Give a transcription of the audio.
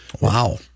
Wow